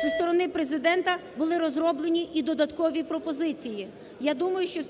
зі сторони Президента були розроблені і додаткові пропозиції. Я думаю, що